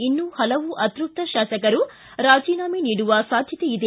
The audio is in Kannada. ಇನ್ನೂ ಹಲವು ಅತೃಪ್ತ ಶಾಸಕರು ರಾಜೀನಾಮೆ ನೀಡುವ ಸಾಧ್ಯತೆ ಇದೆ